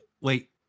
Wait